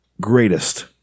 greatest